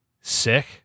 sick